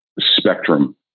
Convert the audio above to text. spectrum